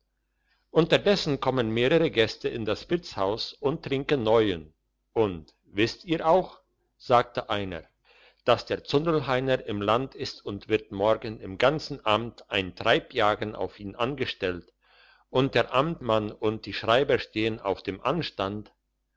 unterdessen kommen mehrere gäste in das wirtshaus und trinken neuen und wisst ihr auch sagte einer dass der zundelheiner im land ist und wird morgen im ganzen amt ein treibjagen auf ihn angestellt und der amtmann und die schreiber stehen auf dem anstand